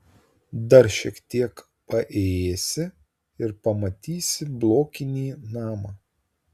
dar šiek tiek paėjėsi ir pamatysi blokinį namą